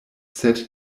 sed